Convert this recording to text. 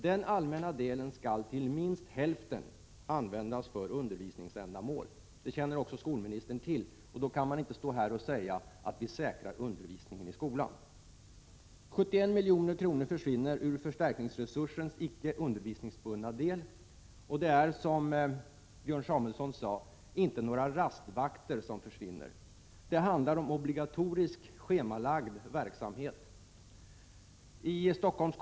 Den allmänna delen skall till minst hälften användas för undervisningsändamål. Detta känner skolministern till. Och därför går det inte att stå här och säga att ”vi säkrar undervisningen i skolan”. 71 milj.kr. försvinner ur förstärkningsresursens icke undervisningsbundna del, och det är, som Björn Samuelson sade, inga rastvakter som försvinner. Det handlar om obligatorisk schemalagd verksamhet.